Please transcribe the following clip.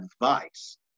advice